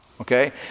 okay